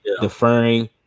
deferring